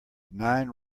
nine